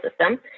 system